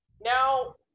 Now